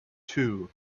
two